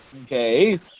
okay